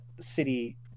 city